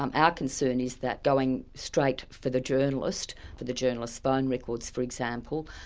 um our concern is that going straight for the journalist, for the journalist's but and records for example,